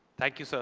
thank you, sir.